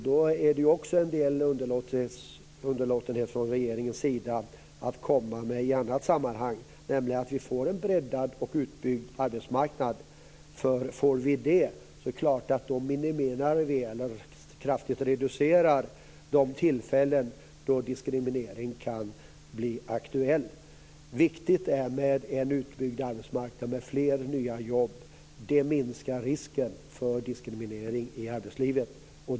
Det är ju också en del underlåtenhet från regeringens sida att komma med i annat sammanhang, nämligen att vi får en breddad och utbyggd arbetsmarknad. Får vi det reducerar vi kraftigt de tillfällen då diskriminering kan bli aktuell. Det är viktigt med en utbyggd arbetsmarknad och med fler nya jobb. Det minskar risken för diskriminering i arbetslivet.